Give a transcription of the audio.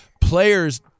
players